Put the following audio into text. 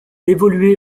évoluait